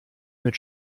mit